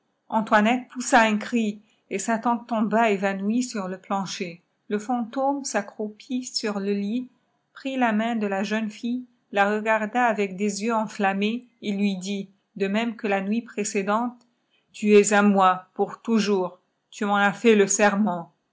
antoinette poussa un cri èi sa laiitë iotikhk vàttôbie sut le plancher le fantôme s'accroupit sur le lit prit la maîû dé m jènne fille la ég arda avec dès yeux enflammes et liii dit dé tùêmë tië là huit précédente tu es â moi pour tbujôutè tu tnëri àà fait lé serment